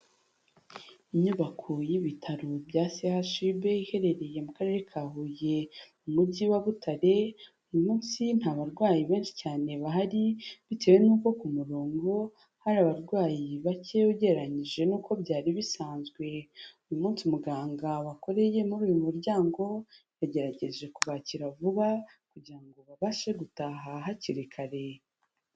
Inyubako y'ibitaro bya CHUB, iherereye mu karere ka Huye, mu mujyi wa Butare, uyu munsi nta barwayi benshi cyane bahari, bitewe n'uko ku murongo hari abarwayi bake ugereranyije n'uko byari bisanzwe. Uyu munsi muganga wakoreye muri uyu muryango, yagerageje kubakira vuba kugira ngo babashe gutaha hakiri kare.